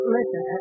Listen